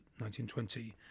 1920